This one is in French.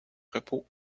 repos